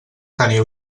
teniu